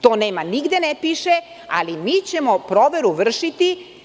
To nema, nigde ne piše, ali mi ćemo proveru vršiti.